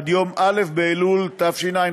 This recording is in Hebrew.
עד יום א' באלול התשע"ח,